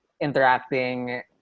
interacting